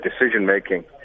decision-making